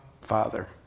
Father